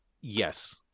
Yes